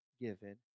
given